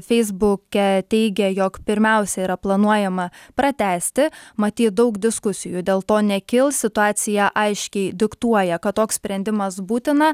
feisbuke teigė jog pirmiausia yra planuojama pratęsti matyt daug diskusijų dėl to nekils situacija aiškiai diktuoja kad toks sprendimas būtina